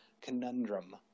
conundrum